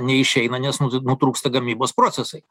neišeina nes nutrūksta gamybos procesai